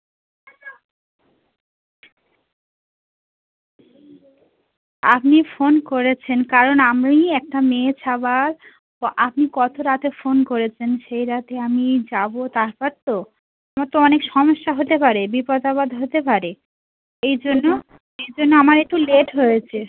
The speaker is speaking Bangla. আপনি ফোন করেছেন কারণ আমি একটা মেয়ে ছাওয়া প আপনি কতো রাতে ফোন করেছেন সেই রাতে আমি যাবো তারপর তো আমার তো অনেক সমস্যা হতে পারে বিপদ আপদ হতে পারে এই জন্য এই জন্য আমার একটু লেট হয়েছে